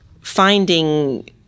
finding